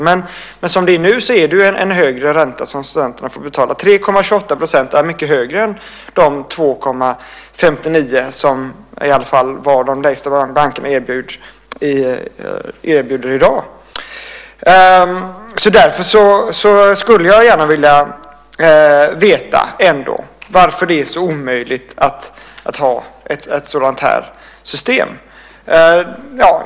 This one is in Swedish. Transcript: Men som det är nu får studenterna betala en högre ränta - 3,28 % är mycket högre än de 2,59 % som är den lägsta ränta som banker erbjuder i dag. Därför skulle jag gärna vilja veta varför det är så omöjligt att ha ett sådant här system.